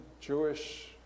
Jewish